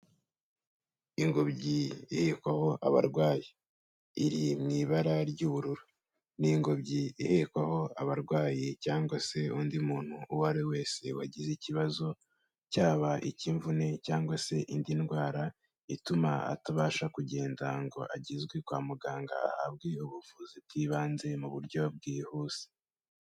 Ingobyi ihekwaho abarwayi iri mu ibara ry'ubururu, ni ingobyi ihekwaho abarwayi cyangwa se undi muntu uwo ari we wese wagize ikibazo, cyaba ik'imvune cyangwa se indi ndwara ituma atabasha kugenda ngo agezwe kwa muganga, ahabwe ubuvuzi bw'ibanze mu buryo bwihuse.